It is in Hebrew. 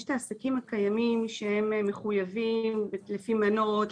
יש את העסקים הקיימים שהם מחויבים לפי מנות,